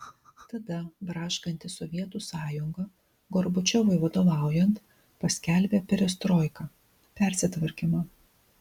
tada braškanti sovietų sąjunga gorbačiovui vadovaujant paskelbė perestroiką persitvarkymą